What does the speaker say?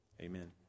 Amen